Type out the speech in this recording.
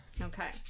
Okay